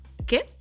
okay